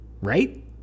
right